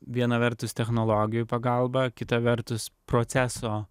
viena vertus technologijų pagalba kita vertus proceso